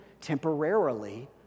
temporarily